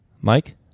Mike